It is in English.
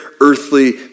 earthly